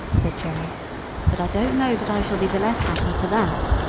said jerry but i don't know that i shall be the less happy for that.